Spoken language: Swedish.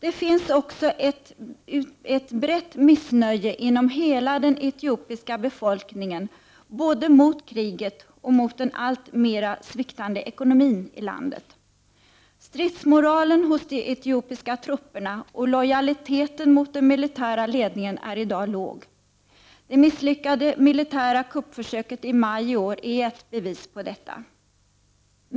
Det finns också ett brett missnöje hos hela den etiopiska befolkningen både mot kriget och mot den alltmera sviktande ekonomin i landet. Stridsmoralen hos de etiopiska trupperna och lojaliteten mot den militära ledningen är i dag låg. Det misslyckade militära kuppförsöket i maj i år är ett bevis på detta.